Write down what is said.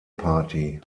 party